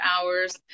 hours